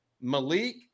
Malik